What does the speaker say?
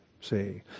See